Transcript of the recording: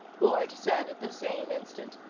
boyd said at the same instant.